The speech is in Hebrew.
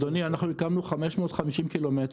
אדוני, אנחנו הקמנו 550 קילומטר.